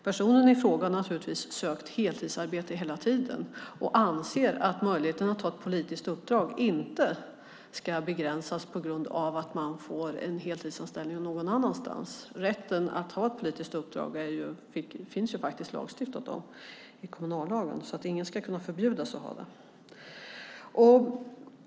Personen i fråga har naturligtvis sökt heltidsarbete hela tiden och anser att möjligheterna att ha ett politiskt uppdrag inte ska begränsas på grund av att man får en heltidsanställning någon annanstans. Rätten att ha ett politiskt uppdrag finns inskriven i kommunallagen. Ingen ska kunna förbjudas att ha ett sådant.